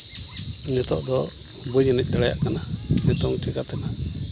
ᱱᱤᱛᱚᱜ ᱫᱚ ᱵᱟᱹᱧ ᱮᱱᱮᱡ ᱫᱟᱲᱮᱭᱟᱜ ᱠᱟᱱᱟ ᱱᱤᱛᱚᱝ ᱪᱤᱠᱟᱛᱮ ᱦᱟᱸᱜ